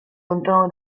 lontano